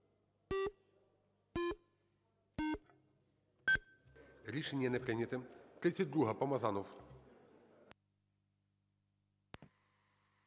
Рішення не прийнято.